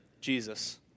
Jesus